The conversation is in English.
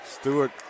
Stewart